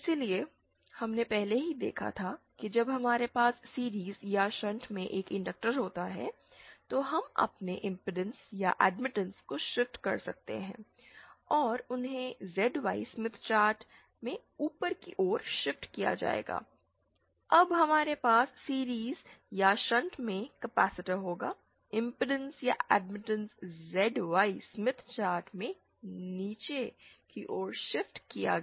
इसलिए हमने पहले ही देखा था कि जब हमारे पास सीरिज़ या शंट में एक इनडंक्टर होता है तो हम अपने इम्पैडेंस या एडमिटेंस को शिफ्ट कर सकते हैं और उन्हें ZY स्मिथ चार्ट में ऊपर की ओर शिफ्ट किया जाएगा जब हमारे पास सीरिज़ या शंट में कैपेसिटर होगा इम्पीडेंस या एडमिटेंस ZY स्मिथ चार्ट में नीचे की ओर शिफ्ट किया गया